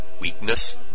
weakness